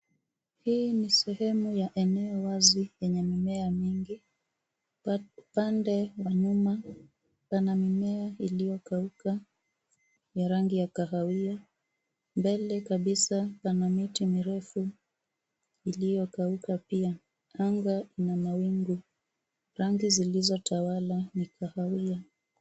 Hii ni sehemu ya eneo wazi yenye mimea mingi. Upande wa nyuma pana mimea iliyokauka yenye rangi ya kahawia. Mbele kabisa pana miti mirefu iliyokauka pia. Anga ina mawingu rangi zilizotawala ni kahawia.